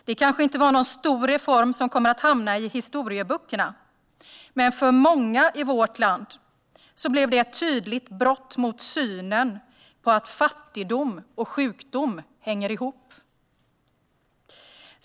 Det kanske inte var en stor reform som kommer att hamna i historieböckerna, men för många i vårt land blev det ett tydligt brott mot synen att fattigdom och sjukdom hänger ihop.